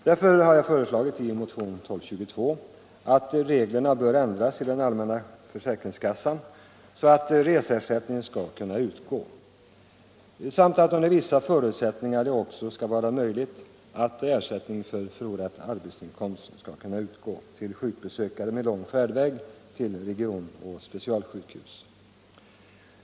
Därför har jag i motionen 1222 föreslagit att reglerna för den allmänna försäkringskassan bör ändras så att reseersättning samt under vissa förutsättningar också ersättning för förlorad arbetsinkomst skall kunna utgå till sjukbesökare med lång färdväg till region och specialsjukhus.